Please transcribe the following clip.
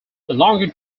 belonging